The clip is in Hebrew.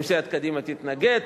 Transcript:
האם סיעת קדימה תתנגד?